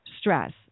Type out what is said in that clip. stress